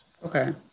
Okay